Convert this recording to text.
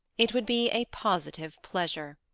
it would be a positive pleasure.